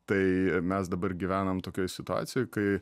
tai mes dabar gyvenam tokioj situacijoj kai